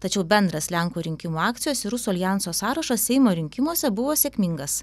tačiau bendras lenkų rinkimų akcijos ir rusų aljanso sąrašas seimo rinkimuose buvo sėkmingas